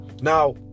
Now